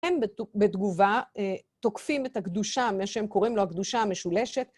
הם בתגובה תוקפים את הקדושה, מה שהם קוראים לו הקדושה המשולשת.